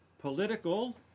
Political